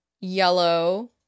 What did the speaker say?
yellow